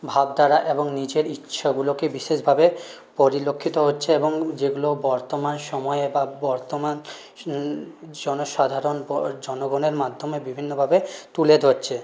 ভাবধারা এবং নিজের ইচ্ছাগুলোকে বিশেষভাবে পরিলক্ষিত হচ্ছে এবং যেগুলো বর্তমান সময়ে বা বর্তমান জনসাধারণ জনগণের মাধ্যমে বিভিন্ন ভাবে তুলে ধরছে